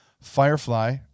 Firefly